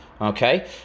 Okay